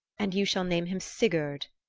and you shall name him sigurd.